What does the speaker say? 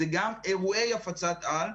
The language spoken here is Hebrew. זה גם אירועי הפצת העל.